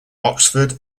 oxford